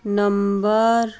number